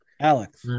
Alex